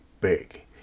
big